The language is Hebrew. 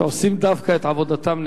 שעושים את עבודתם נאמנה.